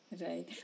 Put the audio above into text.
Right